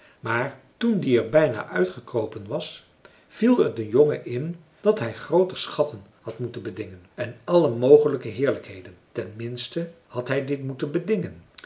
maar toen die er bijna uitgekropen was viel het den jongen in dat hij grooter schatten had moeten bedingen en alle mogelijke heerlijkheden ten minste had hij dit moeten bedingen